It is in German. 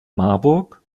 marburg